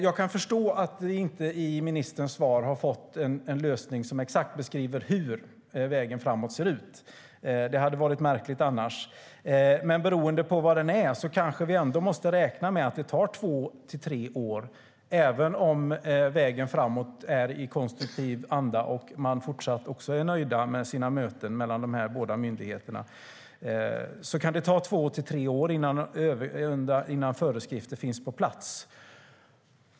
Jag kan förstå att vi i ministerns svar inte har fått någon lösning som beskriver exakt hur vägen framåt ser ut, vilket hade varit märkligt. Men beroende på vad den är kanske vi ändå måste räkna med att det tar två till tre år, även om vägen framåt är i konstruktiv anda och man fortsatt är nöjd med sina möten mellan de båda myndigheterna. Det kan alltså ta två till tre år innan föreskrifter finns på plats.